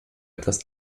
etwas